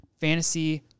fantasy